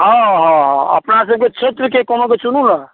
हँ हँ अपना सबकेँ क्षेत्रकेँ कोनोके चूनू ने